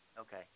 Okay